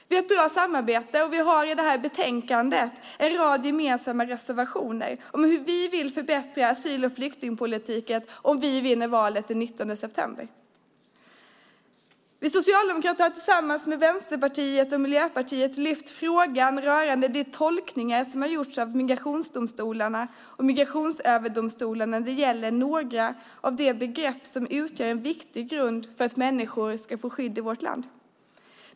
Vi har ett bra samarbete, och vi har i detta betänkande en rad gemensamma reservationer om hur vi vill förbättra asyl och flyktingpolitiken om vi vinner valet den 19 september. Vi socialdemokrater har tillsammans med Vänsterpartiet och Miljöpartiet lyft frågan rörande de tolkningar som gjorts av migrationsdomstolarna och Migrationsöverdomstolen när det gäller några av de begrepp som utgör en viktig grund för att människor ska få skydd i vårt land.